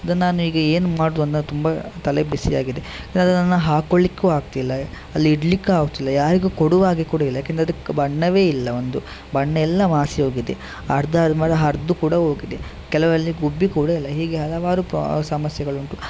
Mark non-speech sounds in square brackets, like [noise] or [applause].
ಇದನ್ನ ನಾನು ಈಗ ಏನು ಮಾಡೋದು ಅಂತ ತುಂಬ ತಲೆ ಬಿಸಿ ಆಗಿದೆ ಇದನ್ನು ನಾನು ಹಾಕೊಳ್ಳಿಕ್ಕೂ ಆಗ್ತಿಲ್ಲ ಅಲ್ಲಿ ಇಡ್ಲಿಕ್ಕೆ ಆಗೋದಿಲ್ಲ ಯಾರಿಗೂ ಕೊಡುವಾಗೆ ಕೂಡ ಇಲ್ಲ ಏಕೆಂದ್ರೆ ಅದು ಕ ಬಣ್ಣವೇ ಇಲ್ಲ ಒಂದು ಬಣ್ಣ ಎಲ್ಲ ಮಾಸಿ ಹೋಗಿದೆ ಅರ್ಧ [unintelligible] ಹರಿದು ಕೂಡ ಹೋಗಿದೆ ಕೆಲವಲ್ಲಿ ಗುಬ್ಬಿ ಕೂಡ ಇಲ್ಲ ಹೀಗೆ ಹಲವಾರು ಪ್ರೊ ಸಮಸ್ಯೆಗಳು ಉಂಟು